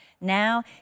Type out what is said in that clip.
Now